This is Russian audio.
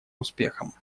успехом